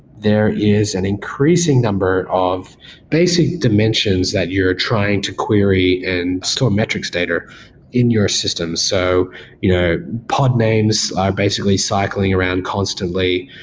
there is an increasing number of basic dimensions that you're trying to query and store metrics data in your system. so you know pod names are basically cycling around constantly.